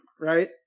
right